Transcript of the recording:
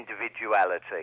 individuality